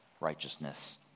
righteousness